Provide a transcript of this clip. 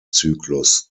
zyklus